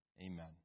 Amen